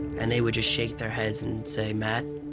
and they would just shake their heads and say, matt,